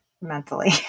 mentally